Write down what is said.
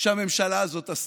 שהממשלה הזאת עשתה,